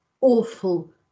awful